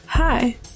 Hi